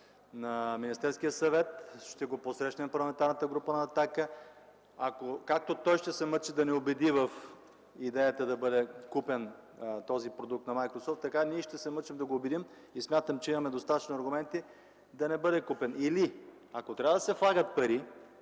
на Министерския съвет. Ще го посрещнем в Парламентарната група на „Атака”. Както той ще се мъчи да ни убеди в идеята да бъде купен този продукт на „Майкрософт”, така ние ще се мъчим да го убедим и смятам, че имаме достатъчно аргументи, да не бъде купен. А ако трябва да се влагат пари,